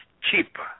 cheaper